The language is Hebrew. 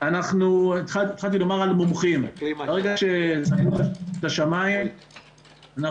התחלתי לומר על מומחים ברגע שסגרו את השמיים אנחנו